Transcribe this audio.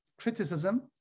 criticism